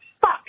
Fuck